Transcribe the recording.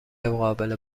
قابل